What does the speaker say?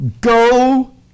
go